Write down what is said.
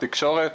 תקשורת.